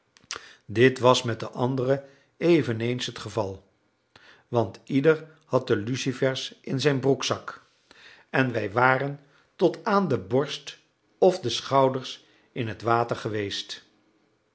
dit was met de anderen eveneens het geval want ieder had de lucifers in zijn broekzak en wij waren tot aan de borst of de schouders in het water geweest